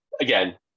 again